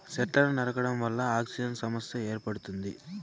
సెట్లను నరకడం వల్ల ఆక్సిజన్ సమస్య ఏర్పడుతుంది